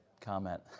comment